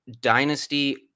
dynasty